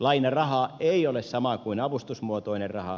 lainaraha ei ole sama kuin avustusmuotoinen raha